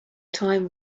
time